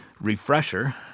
refresher